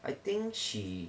I think she